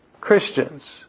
Christians